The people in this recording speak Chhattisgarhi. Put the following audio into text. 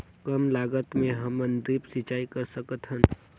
कम लागत मे हमन ड्रिप सिंचाई कर सकत हन?